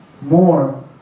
more